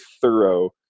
thorough